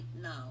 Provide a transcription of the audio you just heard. now